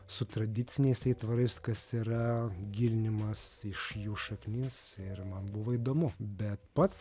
su tradiciniais aitvarais kas yra gilinimas iš jų šaknies ir man buvo įdomu bet pats